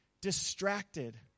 distracted